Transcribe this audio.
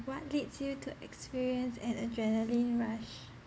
what leads you to experience an adrenaline rush